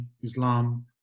Islam